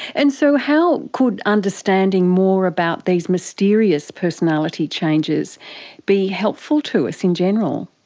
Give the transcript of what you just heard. and so how could understanding more about these mysterious personality changes be helpful to us in general?